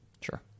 Sure